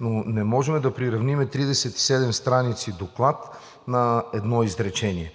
но не можем да приравним Доклад от 37 страници на едно изречение.